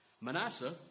Manasseh